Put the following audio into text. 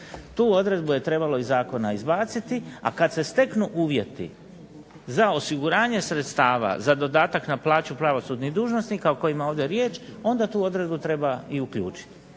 Tu odredbu je trebalo iz zakona izbaciti, a kad se steknu uvjeti za osiguranje sredstava za dodatak na plaću pravosudnih dužnosnika o kojima je ovdje riječ, onda tu odredbu treba i uključiti.